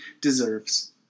deserves